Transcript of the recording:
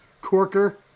Corker